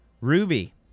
Ruby